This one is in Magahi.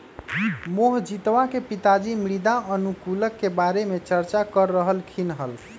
मोहजीतवा के पिताजी मृदा अनुकूलक के बारे में चर्चा कर रहल खिन हल